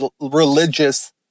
religious